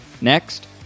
Next